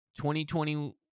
2020